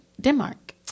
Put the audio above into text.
Denmark